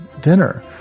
dinner